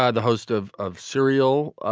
ah the host of of serial,